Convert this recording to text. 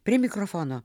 prie mikrofono